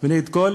ונגד כל